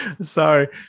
Sorry